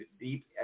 deep